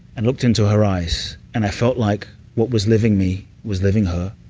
and looked into her eyes, and i felt like what was living me was living her.